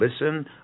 listen